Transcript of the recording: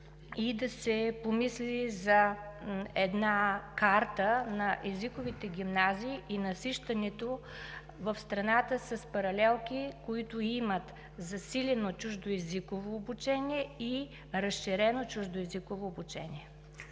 и да се помисли за карта на езиковите гимназии и насищането в страната с паралелки, които имат засилено чуждоезиково обучение и разширено чуждоезиково обучение.